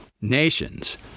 Nations